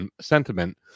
sentiment